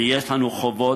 ויש לנו חובות,